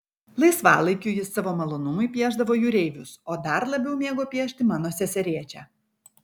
laisvalaikiu jis savo malonumui piešdavo jūreivius o dar labiau mėgo piešti mano seserėčią